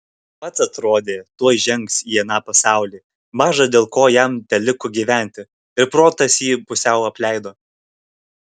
pats atrodė tuoj žengs į aną pasaulį maža dėl ko jam teliko gyventi ir protas jį pusiau apleido